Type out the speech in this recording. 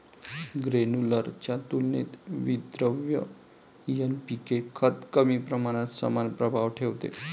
granular च्या तुलनेत विद्रव्य एन.पी.के खत कमी प्रमाणात समान प्रभाव ठेवते